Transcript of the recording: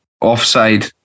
offside